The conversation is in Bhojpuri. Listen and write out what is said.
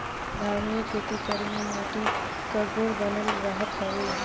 संधारनीय खेती करे से माटी कअ गुण बनल रहत हवे